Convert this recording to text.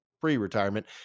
pre-retirement